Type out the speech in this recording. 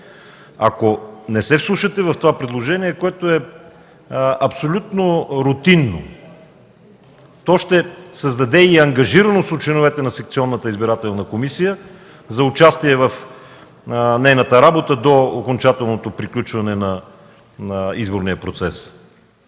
Ако не се вслушате в това предложение, което е абсолютно рутинно – то ще създаде ангажираност у членовете на секционната избирателна комисия за участие в нейната работа до окончателното приключване на изборния процес.